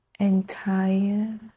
entire